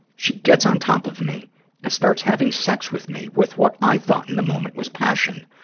she gets on top of me and starts having sex with me with what i thought in the moment was passion,